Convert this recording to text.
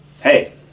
Hey